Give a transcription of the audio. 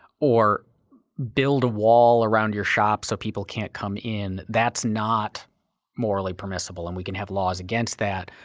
or build a wall around your shop so people can't come in that's not morally permissible and we can have laws against that.